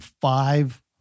five